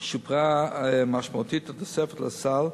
שופרה משמעותית התוספת לסל,